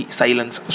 silence